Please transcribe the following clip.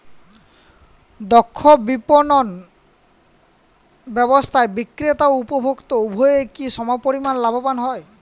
দক্ষ বিপণন ব্যবস্থায় বিক্রেতা ও উপভোক্ত উভয়ই কি সমপরিমাণ লাভবান হয়?